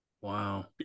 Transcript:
Wow